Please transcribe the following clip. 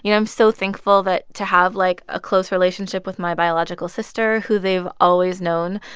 you know i'm so thankful that to have, like, a close relationship with my biological sister, who they've always known.